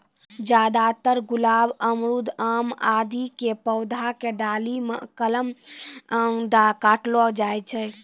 ज्यादातर गुलाब, अमरूद, आम आदि के पौधा के डाली मॅ कलम काटलो जाय छै